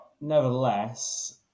nevertheless